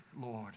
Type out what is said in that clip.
Lord